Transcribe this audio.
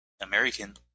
American